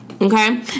Okay